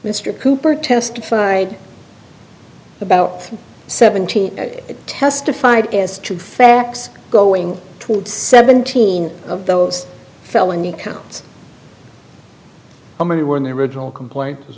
mr cooper testified about seventeen testified as to facts going towards seventeen of those felony counts how many were in the original complaint